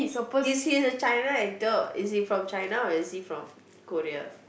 he's he's a China actor is he from China or is he from Korea